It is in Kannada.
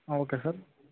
ಹಾಂ ಓಕೆ ಸರ್